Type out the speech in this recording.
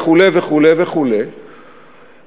וכו' וכו' וכו',